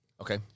Okay